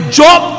job